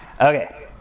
Okay